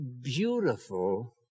beautiful